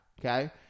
okay